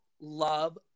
love